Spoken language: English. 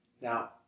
Now